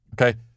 Okay